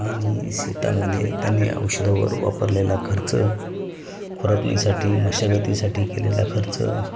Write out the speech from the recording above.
आणि शेतामध्ये त्यांनी औषधावर वापरलेला खर्च खुरपणीसाठी मशागतीसाठी केलेला खर्च